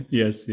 yes